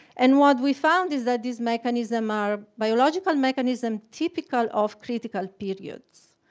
and what we found is that these mechanisms are biological mechanisms typical of critical periods.